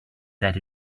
that